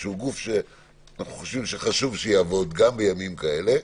שהוא גוף שאנחנו חושבים שחשוב שיעבוד גם בימים כאלה,